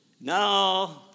No